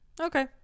okay